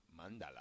Mandala